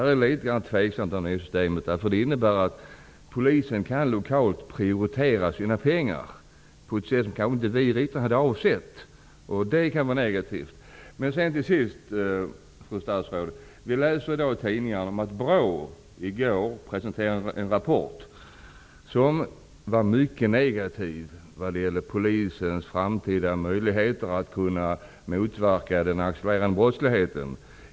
Jag är litet tveksam till det här systemet, därför att det innebär att Polisen lokalt kan prioritera sina pengar på ett sätt som kanske inte riktigt var avsikten, och det kan vara negativt. Till sist, fru statsråd, kan vi i dag läsa i tidningarna att BRÅ i går presenterade en rapport som var mycket negativ vad gäller Polisens framtida möjligheter att motverka den accelererande brottsligheten.